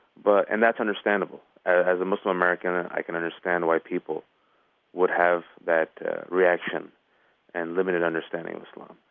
but and that's understandable. as a muslim-american, and i can understand why people would have that reaction and limited understanding of islam.